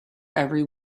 every